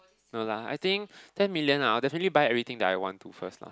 no lah I think ten million I will definitely buy everything that I want to first lah